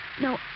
No